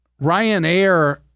Ryanair